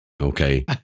Okay